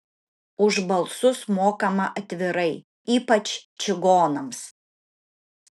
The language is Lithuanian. už balsus mokama atvirai ypač čigonams